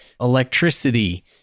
electricity